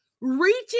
reaching